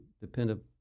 dependent